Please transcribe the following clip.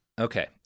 Okay